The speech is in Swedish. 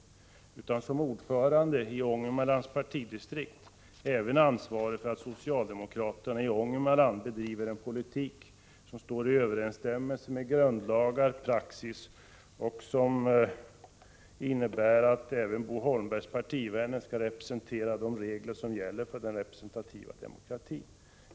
Han är också som ordförande i Ångermanlands partidistrikt ansvarig för att socialdemokraterna i Ångermanland för en politik som står i överensstämmelse med grundlagar och praxis och som innebär att även Bo Holmbergs partivänner skall respektera de regler som gäller för den representativa demokratin.